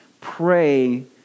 pray